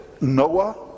Noah